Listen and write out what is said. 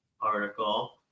article